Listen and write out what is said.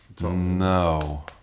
no